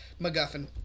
MacGuffin